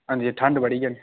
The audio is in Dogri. हां जी ठंड बड़ी ऐ ना